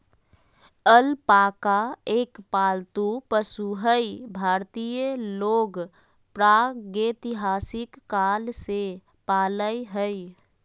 alpaca एक पालतू पशु हई भारतीय लोग प्रागेतिहासिक काल से पालय हई